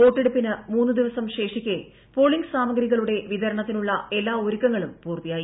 വോട്ടെടുപ്പിന് മൂന്ന് ദിവസം ശേഷിക്കെ പോളിങ് സാമഗ്രികളുടെ വിതരണത്തിനുള്ള എല്ലാ ഒരുക്കങ്ങളും പൂർത്തിയായി